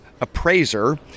appraiser